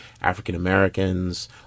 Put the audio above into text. African-Americans